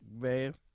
Man